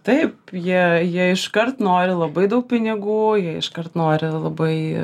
taip jie jie iškart nori labai daug pinigų jie iškart nori labai